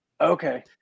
Okay